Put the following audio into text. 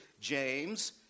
James